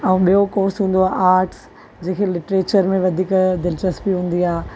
ऐं ॿियो कोर्स हूंदो आहे आर्ट्स जंहिं खे लिट्रेचर में वधीक दिलचस्पी हूंदी आहे